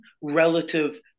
relative –